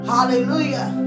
Hallelujah